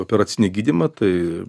operacinį gydymą tai